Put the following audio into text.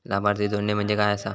लाभार्थी जोडणे म्हणजे काय आसा?